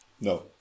No